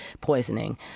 poisoning